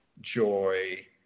joy